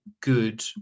good